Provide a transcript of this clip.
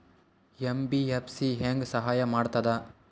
MBFC ಹೆಂಗ್ ಸಹಾಯ ಮಾಡ್ತದ?